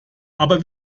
aber